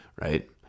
right